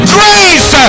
grace